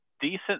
decent